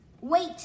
Wait